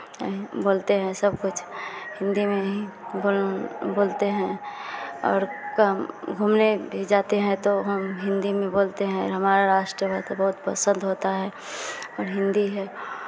बोलते हैं सब कुछ हिन्दी में ही बोल बोलते हैं और कम घूमने भी जाते हैं तो हम हिन्दी में बोलते हैं हमारा राष्ट्र भाषा बहुत पसंद होता है और हिन्दी है